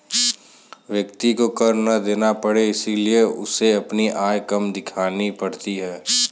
व्यक्ति को कर ना देना पड़े इसलिए उसे अपनी आय कम दिखानी पड़ती है